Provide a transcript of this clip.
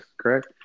correct